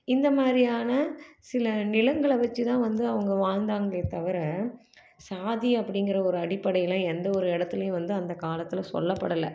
இந்த மாதிரியான சில நிலங்களை வச்சி தான் வந்து அவங்க வாழ்ந்தாங்களே தவிர சாதி அப்படிங்கிற ஒரு அடிப்படையில் எந்த ஒரு இடத்துலையும் வந்து அந்த காலத்தில் சொல்லப்படலை